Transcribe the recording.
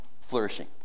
flourishing